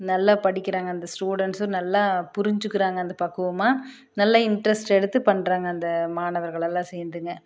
நல்லா படிக்கிறாங்க அந்த ஸ்டுடென்ட்ஸும் நல்லா புரிஞ்சுக்குறாங்க அந்த பக்குவமாக நல்ல இன்ட்ரெஸ்ட் எடுத்து பண்ணுறாங்க அந்த மாணவர்கள் எல்லாம் சேர்ந்துங்க